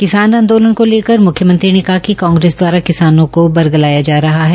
किसान आंदोलन को लेकर मुख्यमंत्री ने कहा कि कांग्रेस दवारा किसानों का बरगलाया जा रहा है